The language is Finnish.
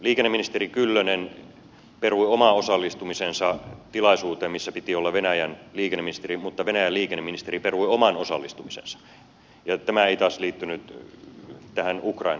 liikenneministeri kyllönen perui oman osallistumisensa tilaisuuteen missä piti olla venäjän liikenneministeri mutta venäjän liikenneministeri perui oman osallistumisensa ja tämä taas ei liittynyt tähän ukrainaan sinänsä